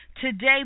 Today